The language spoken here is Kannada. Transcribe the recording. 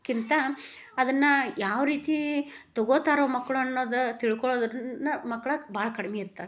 ಕ್ಕಿಂತ ಅದನ್ನು ಯಾವ ರೀತಿ ತಗೋಳ್ತಾರೊ ಮಕ್ಕಳು ಅನ್ನೋದ ತಿಳ್ಕೊಳ್ಳೋದರಿಂದ ಮಕ್ಳು ಭಾಳ್ ಕಡ್ಮೆ ಇರ್ತಾವೆ